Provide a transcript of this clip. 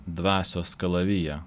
dvasios kalaviją